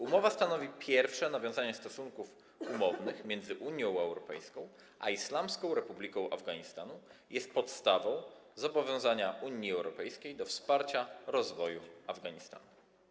Umowa stanowi pierwsze nawiązanie stosunków umownych między Unią Europejską a Islamską Republiką Afganistanu i jest podstawą zobowiązania Unii Europejskiej do wsparcia rozwoju Afganistanu.